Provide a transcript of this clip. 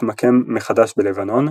התמקם מחדש בלבנון,